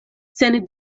sen